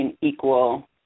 equal